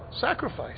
sacrifice